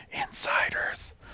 insiders